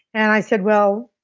and i said well,